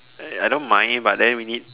I I don't mind but then we need